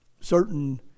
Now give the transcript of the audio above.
certain